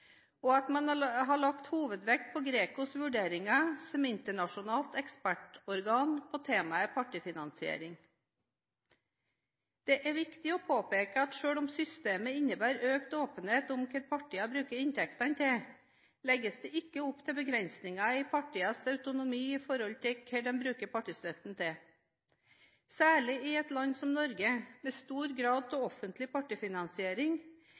og at man har lagt hovedvekt på GRECOs vurderinger som internasjonalt ekspertorgan på temaet partifinansiering. Det er viktig å påpeke at selv om systemet innebærer økt åpenhet om hva partiene bruker inntektene til, legges det ikke opp til begrensninger i partienes autonomi når det gjelder hva de bruker partistøtten til. Særlig i et land som Norge, med stor grad av offentlig partifinansiering,